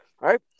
right